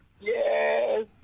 Yes